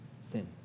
sin